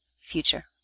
future